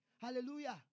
Hallelujah